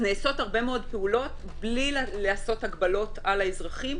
נעשות הרבה מאוד פעולות בלי לעשות הגבלות על האזרחים,